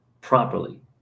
properly